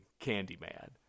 Candyman